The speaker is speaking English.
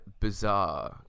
bizarre